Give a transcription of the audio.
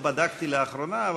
לא בדקתי לאחרונה,